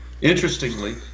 Interestingly